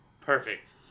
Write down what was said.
perfect